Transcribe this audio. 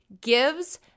gives